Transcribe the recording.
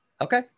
Okay